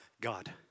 God